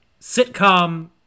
sitcom